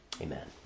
amen